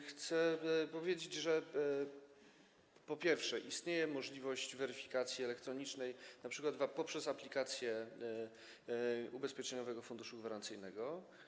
Chcę powiedzieć, po pierwsze, że istnieje możliwość weryfikacji elektronicznej np. poprzez aplikację Ubezpieczeniowego Funduszu Gwarancyjnego.